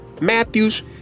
Matthews